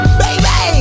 baby